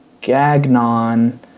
Gagnon